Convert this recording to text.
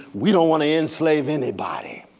we don't want to enslave anybody.